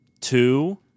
two